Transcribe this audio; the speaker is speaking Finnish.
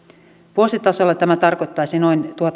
vuositasolla tämä tarkoittaisi noin